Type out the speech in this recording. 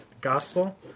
gospel